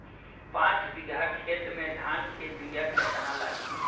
पाँच बिगहा खेत में धान के बिया केतना लागी?